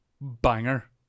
banger